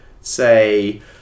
say